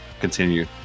continue